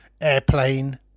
Airplane